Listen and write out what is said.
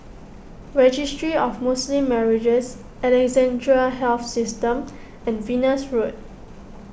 Registry of Muslim Marriages Alexandra Health System and Venus Road